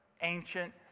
ancient